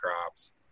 crops